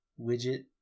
widget